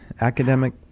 academic